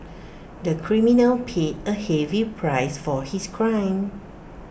the criminal paid A heavy price for his crime